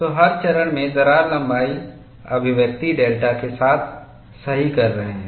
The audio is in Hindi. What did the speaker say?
तो हर चरण में दरार लंबाई अभिव्यक्ति डेल्टा के साथ सही कर रहे हैं